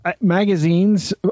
Magazines